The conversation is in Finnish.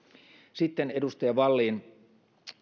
sitten edustaja vallin